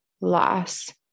loss